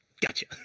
gotcha